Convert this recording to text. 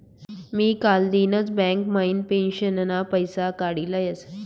मी कालदिनच बँक म्हाइन पेंशनना पैसा काडी लयस